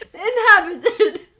Inhabited